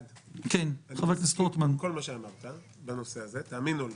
אני מסכים עם כל מה שאמרת בנושא הזה, תאמין או לא,